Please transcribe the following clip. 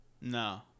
No